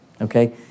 okay